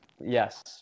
Yes